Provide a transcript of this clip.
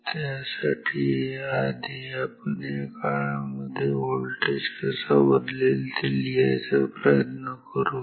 त्यासाठी आधी आपण या काळामध्ये व्होल्टेज कसा बदलेल ते लिहायचा प्रयत्न करू